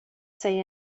say